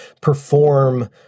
perform